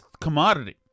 commodity